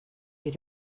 you